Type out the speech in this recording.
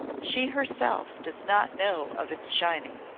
she herself does not know of its shining.